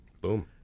boom